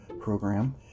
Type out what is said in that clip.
program